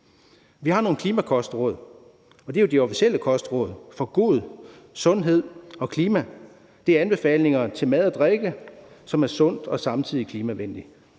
Vi har nogle klimakostråd, og det er jo de officielle kostråd for god sundhed og klima. Det er anbefalinger til mad og drikke, som er sund og samtidig klimavenlig.